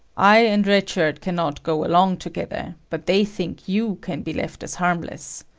i and red shirt cannot go along together, but they think you can be left as harmless.